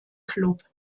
klub